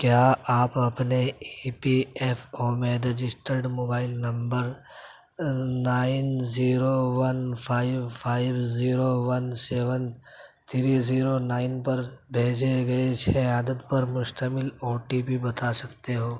کیا آپ اپنے ای پی ایف او میں registered mobile number nine zero one five five zero one seven three zero nine پر بھیجے گئے چھ عدد پر مشتمل او ٹی پی بتا سکتے ہو